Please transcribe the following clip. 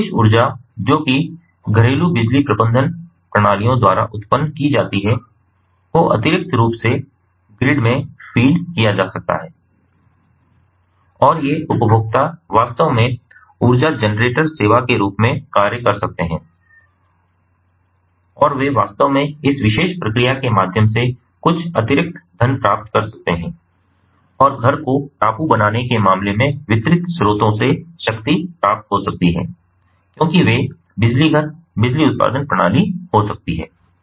अधिशेष ऊर्जा जो कि घरेलू बिजली प्रबंधन प्रणालियों द्वारा उत्पन्न की जाती है को अतिरिक्त रूप से ग्रिड में फीड किया जा सकता है और ये उपभोक्ता वास्तव में ऊर्जा जनरेटर सेवा के रूप में कार्य कर सकते हैं और वे वास्तव में इस विशेष प्रक्रिया के माध्यम से कुछ अतिरिक्त धन प्राप्त कर सकते हैं और घर को टापू बनाने के मामले में वितरित स्रोतों से शक्ति प्राप्त हो सकती है क्योंकि वे बिजली घर बिजली उत्पादन प्रणाली हो सकती है